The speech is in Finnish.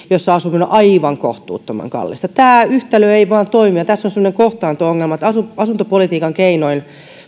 jossa asuminen on aivan kohtuuttoman kallista tämä yhtälö ei vaan toimi ja tässä on semmoinen kohtaanto ongelma että asuntopolitiikan keinoin